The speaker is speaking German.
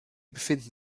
befinden